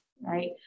right